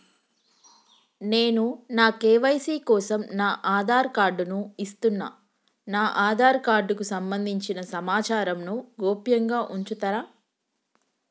నేను నా కే.వై.సీ కోసం నా ఆధార్ కార్డు ను ఇస్తున్నా నా ఆధార్ కార్డుకు సంబంధించిన సమాచారంను గోప్యంగా ఉంచుతరా?